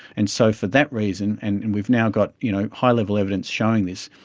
and so for that reason, and and we've now got you know high-level evidence showing this,